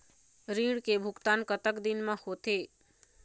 ऋण के भुगतान कतक दिन म होथे?